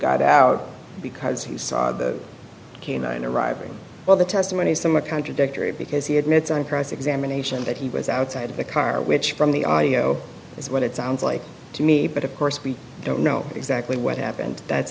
got out because he saw the canine arriving while the testimony is somewhat contradictory because he admits on cross examination that he was outside of the car which from the audio is what it sounds like to me but of course we don't know exactly what happened that's